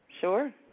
Sure